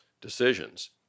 decisions